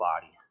body